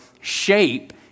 shape